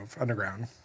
underground